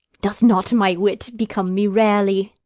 doth not my wit become me rarely!